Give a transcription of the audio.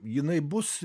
jinai bus